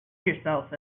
yourself